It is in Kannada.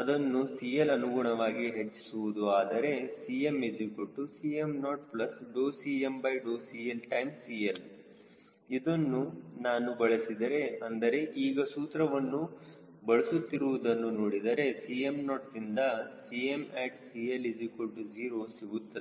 ಅದನ್ನು CL ಅನುಗುಣವಾಗಿ ಹೆಚ್ಚಿಸುವುದು ಆದರೆ CmCm0CmCLCL ಇದನ್ನು ನಾನು ಬಳಸಿದರೆ ಅಂದರೆ ಈಗ ಸೂತ್ರವನ್ನು ಬಳಸುತ್ತಿರುವುದನ್ನು ನೋಡಿದರೆ Cm0 ದಿಂದ at Cl0 ಸಿಗುತ್ತದೆ